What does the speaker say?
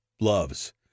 loves